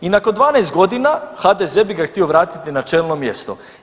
I nakon 12 godina, HDZ bi ga htio vratiti na čelno mjesto.